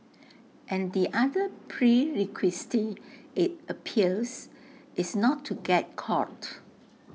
and the other prerequisite IT appears is not to get caught